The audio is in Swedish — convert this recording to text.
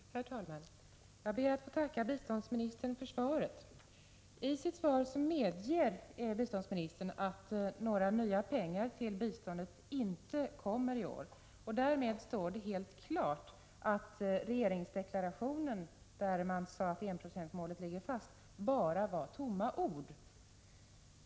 Herr talman! Jag ber att få tacka biståndsministern för svaret. I sitt svar medger biståndsministern att några nya pengar till biståndet inte kommer i år. Därmed står det helt klart att regeringsdeklarationen, där man sade att enprocentsmålet ligger fast, bara var tomma ord.